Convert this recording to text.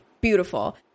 beautiful